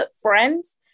friends